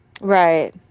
Right